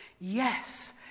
Yes